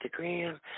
Instagram